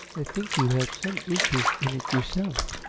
i think you have some interest in it yourself,